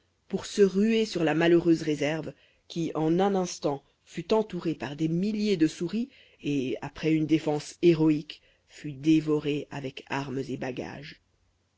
pour se ruer sur la malheureuse réserve qui en un instant fut entourée par des milliers de souris et après une défense héroïque fut dévorée avec armes et bagages